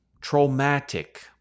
traumatic